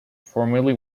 formerly